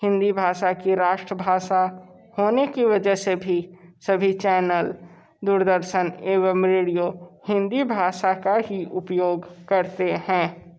हिंदी भाशा की राष्ट्रभाशा होने की वजह से भी सभी चैनल दूरदर्शन एवं रेडियो हिंदी भाशा का ही उपयोग करते हैं